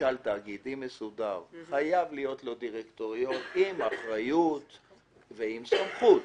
בממשל תאגידי מסודר וחייב להיות דירקטוריון עם אחריות ועם סמכות.